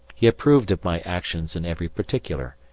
he approved of my actions in every particular,